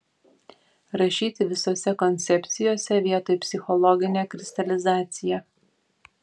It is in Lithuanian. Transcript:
rašyti visose koncepcijose vietoj psichologinė kristalizacija